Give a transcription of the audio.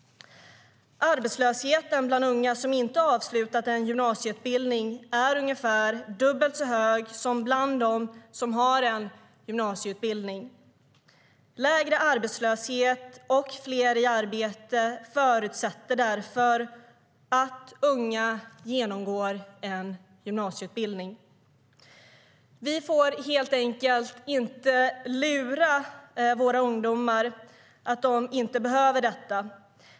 Arbetslösheten bland unga som inte avslutat en gymnasieutbildning är ungefär dubbelt så hög som bland dem som har en gymnasieutbildning. Lägre arbetslöshet och fler i arbete förutsätter att unga genomgår en gymnasieutbildning. Vi får helt enkelt inte lura våra ungdomar att de inte behöver detta.